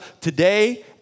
today